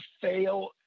fail